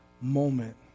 moment